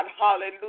Hallelujah